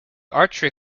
archery